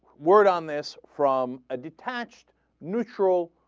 word on this from a detached neutral